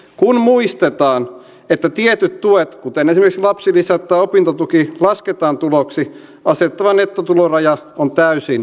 kun muistetaan että tietyt tuet kuten esimerkiksi lapsilisät tai opintotuki lasketaan tuloksi asetettava nettotuloraja on täysin kohtuullinen